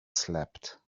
slept